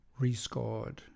rescored